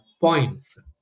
points